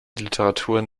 literatur